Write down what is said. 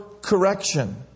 correction